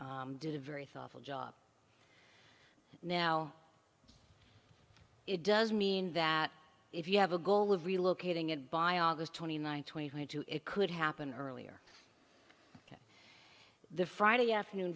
y did a very thoughtful job now it does mean that if you have a goal of relocating it by august twenty ninth twenty two it could happen earlier the friday afternoon